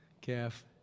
Calf